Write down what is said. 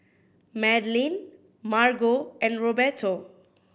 Madlyn Margo and Roberto